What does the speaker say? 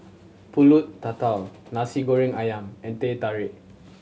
Pulut Tatal Nasi Goreng Ayam and Teh Tarik